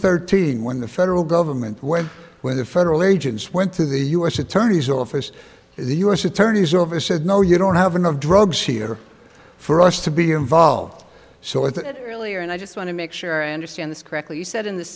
thirteen when the federal government went with the federal agents went to the u s attorney's office the u s attorney's office said no you don't have enough drugs here for us to be involved so it really are and i just want to make sure i understand this correctly said in the